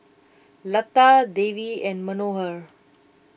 Lata Devi and Manohar